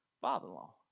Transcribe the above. father-in-law